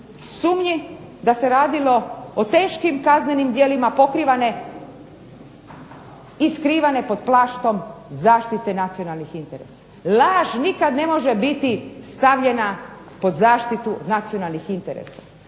sumnji da se radilo o teškim kaznenim djelima, pokrivane i skrivane pod plaštem zaštite nacionalnih interesa. Laž nikad ne može biti stavljena pod zaštitu nacionalnih interesa,